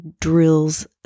drills